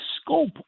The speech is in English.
scope